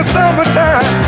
summertime